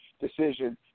decision